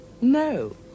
No